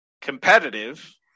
competitive